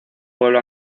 pueblo